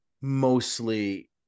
mostly